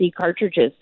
cartridges